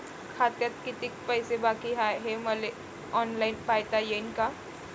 खात्यात कितीक पैसे बाकी हाय हे मले ऑनलाईन पायता येईन का?